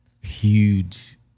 huge